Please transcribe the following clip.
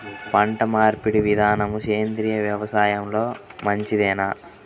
పంటమార్పిడి విధానము సేంద్రియ వ్యవసాయంలో మంచిదేనా?